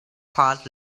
part